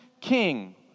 king